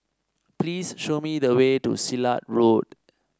please show me the way to Silat Road